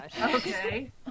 Okay